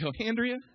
Andrea